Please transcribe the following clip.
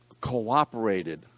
cooperated